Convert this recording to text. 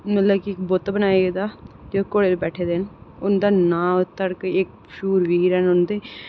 मतलब कि बुत्त बनाए गेदा ते घोड़े पर बैठे दे न उं'दा नांऽ शूरवीर न उं'दे